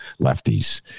lefties